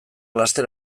laster